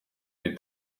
iri